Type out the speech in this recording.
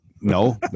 No